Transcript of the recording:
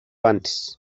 antes